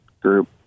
group